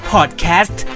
Podcast